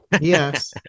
Yes